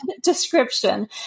description